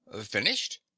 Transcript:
finished